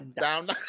Down